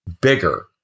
bigger